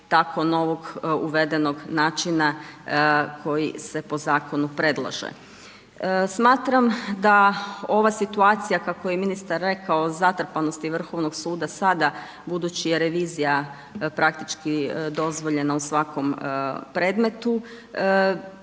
tako novoga uvedenog načina, koji se po zakonu predlaže. Smatram da ova situacija, kako je ministar rekao zatrpanosti Vrhovnog suda, sada budući da je revizija praktički dozvoljena u svakom predmetu